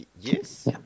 Yes